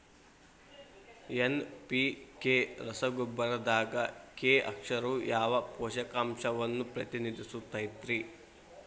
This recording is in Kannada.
ಎನ್.ಪಿ.ಕೆ ರಸಗೊಬ್ಬರದಾಗ ಕೆ ಅಕ್ಷರವು ಯಾವ ಪೋಷಕಾಂಶವನ್ನ ಪ್ರತಿನಿಧಿಸುತೈತ್ರಿ?